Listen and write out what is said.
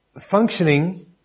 functioning